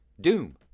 Doom